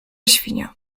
świnia